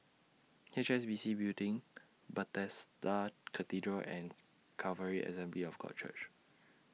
H S B C Building Bethesda Cathedral and Calvary Assembly of God Church